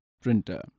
printer